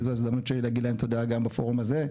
זאת ההזדמנות שלי להגיד להם תודה גם בפורום הזה.